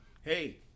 hey